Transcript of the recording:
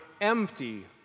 empty